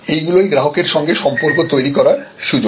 এইগুলোই গ্রাহকের সঙ্গে সম্পর্ক তৈরি করার সুযোগ